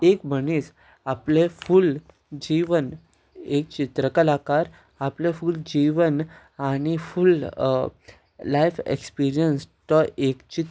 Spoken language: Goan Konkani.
एक मनीस आपलें फूल्ल जिवन एक चित्रकलाकार आपलें फूल जिवन आनी फूल्ल लायफ एक्सपिरियन्स तो एक ची